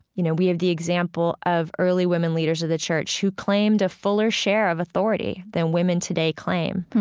you know, we have the example of the early women leaders of the church who claimed a fuller share of authority than women today claim.